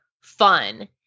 fun